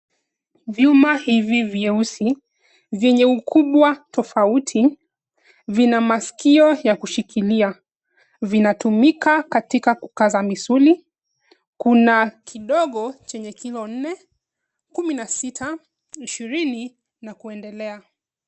Vyuma hivi vyeusi vyenye ukubwa tofauti, vina maskio ya kushikilia. Vinatumika katika kukaza misuli, kuna kidogo chenye kilo nne, kumi na sita, ishirini na kuendelea.